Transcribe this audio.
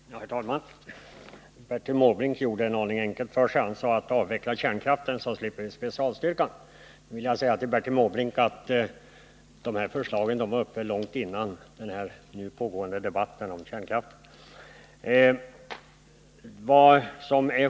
Herr talman! Bertil Måbrink gjorde det en aning enkelt för sig. Han sade: Avveckla kärnkraften, så slipper vi specialstyrkorna! Jag vill säga till Bertil Måbrink att de förslag det här gäller hade väckts långt före den nu pågående debatten om kärnkraften.